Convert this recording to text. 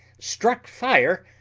struck fire,